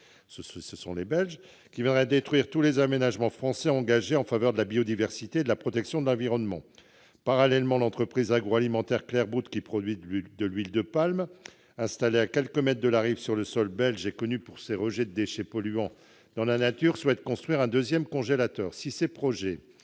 en zone flamande -, qui viendrait détruire tous les aménagements français destinés à protéger la biodiversité et l'environnement. Parallèlement, l'entreprise agroalimentaire Clarebout, qui produit de l'huile de palme, installée à quelques mètres de la rive sur le sol belge et connue pour ses rejets de déchets polluants dans la nature, souhaite construire un deuxième congélateur pour son